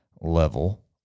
level